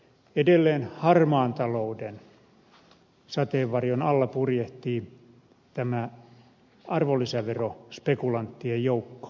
edelleen harmaan talouden sateenvarjon alla purjehtii arvonlisäverospekulanttien joukko